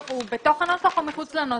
הוא בתוך הנוסח או מחוץ לנוסח?